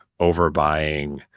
overbuying